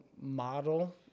model